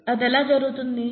అది ఎలా జరుగుతుంది